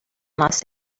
los